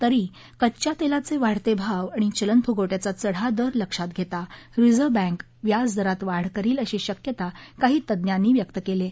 तरी कच्च्या तेलाचे वाढते भाव आणि चालनफुगव ्विाचा चढा दर लक्षात घेता रिझर्व्ह बँक व्याजदरात वाढ करील अशी शक्यता काही तज्ञांनी व्यक्त केली आहे